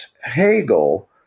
Hegel